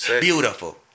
Beautiful